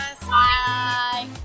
Bye